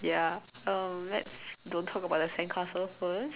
ya um let's don't talk about the sandcastle first